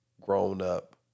grown-up